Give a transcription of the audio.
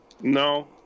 No